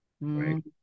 right